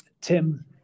Tim